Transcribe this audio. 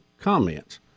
comments